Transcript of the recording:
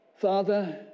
Father